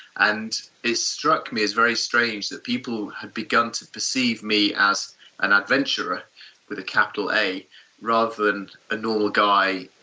and struck me as very strange that people had begun to perceive me as an adventurer with a capital a rather than a normal guy,